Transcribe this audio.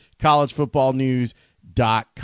collegefootballnews.com